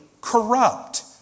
corrupt